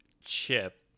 Chip